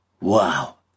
wow